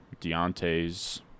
Deontay's